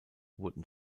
wurden